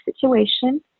situation